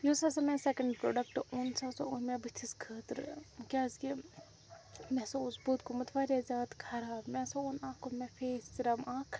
یُس ہَسا مےٚ سیٚکَنٛڈ پرٛوڈَکٹہٕ اوٚن سُہ ہَسا اوٚن مےٚ بُتھِس خٲطرٕ کیٛازِکہِ مےٚ ہَسا اوس بُتھ گوٚمُت واریاہ زیادٕ خراب مےٚ ہَسا اوٚن اکھ اوٚن مےٚ فیس سِرَم اَکھ